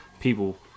people